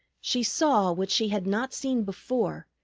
she saw, what she had not seen before,